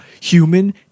human